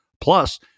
plus